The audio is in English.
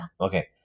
Okay